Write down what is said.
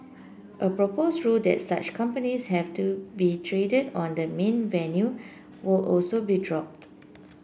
a proposed rule that such companies have to be traded on the main venue will also be dropped